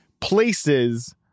places